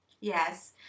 Yes